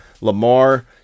Lamar